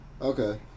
Okay